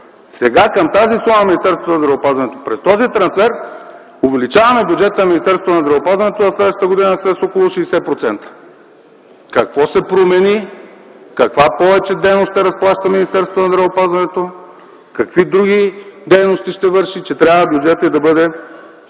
Сега към тази сума на Министерството на здравеопазването, през този трансфер увеличаваме бюджета на Министерството на здравеопазването за следващата година с около 60%. Какво се промени, каква повече дейност ще разплаща министерството на здравеопазването, какви други дейности ще върши, че трябва бюджетът му да бъде